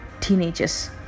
teenagers